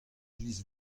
iliz